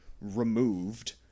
removed